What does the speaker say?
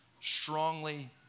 strongly